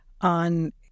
on